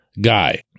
guy